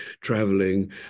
traveling